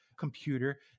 computer